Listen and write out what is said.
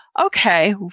Okay